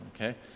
Okay